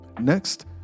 Next